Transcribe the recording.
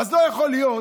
אז לא יכול להיות